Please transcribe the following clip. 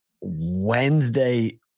Wednesday